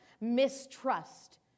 mistrust